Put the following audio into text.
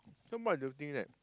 so what do you think that